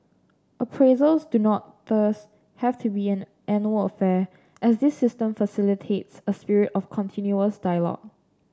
appraisals do not thus have to be an annual affair as this system facilitates a spirit of continuous dialogue